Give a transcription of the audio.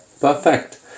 perfect